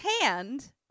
hand